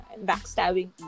Backstabbing